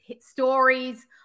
stories